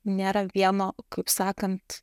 nėra vieno kaip sakant